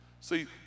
See